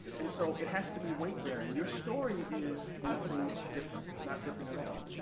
and so it has to be weight-bearing your story is nothing different, it's not different at all.